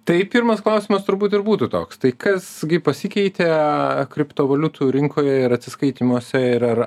tai pirmas klausimas turbūt ir būtų toks tai kas gi pasikeitė kriptovaliutų rinkoje ir atsiskaitymuose ir ar